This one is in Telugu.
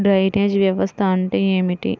డ్రైనేజ్ వ్యవస్థ అంటే ఏమిటి?